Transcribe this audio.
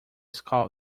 calls